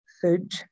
food